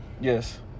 Yes